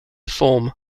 form